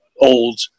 old